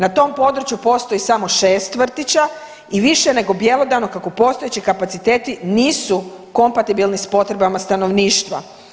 Na tom području postoji samo 6 vrtića i više nego bjelodano kako postojeći kapaciteti nisu kompatibilni s potrebama stanovništva.